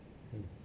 mm